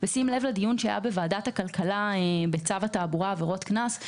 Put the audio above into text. בשים לב לדיון שהיה בוועדת הכלכלה בצו התעבורה עבירות קנס.